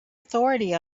authority